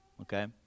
okay